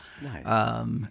Nice